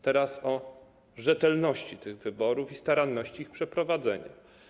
Teraz o rzetelności tych wyborów i staranności ich przeprowadzenia.